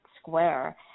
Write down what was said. Square